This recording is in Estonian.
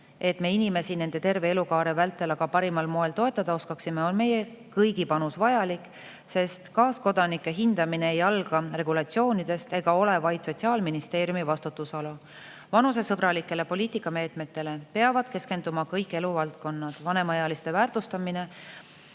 et me inimesi terve nende elukaare vältel parimal moel toetada oskaksime, on vajalik meie kõigi panus, sest kaaskodanike hindamine ei alga regulatsioonidest ega ole vaid Sotsiaalministeeriumi vastutusala. Vanusesõbralikele poliitikameetmetele peavad keskenduma kõik eluvaldkonnad. Vanemaealiste väärtustamine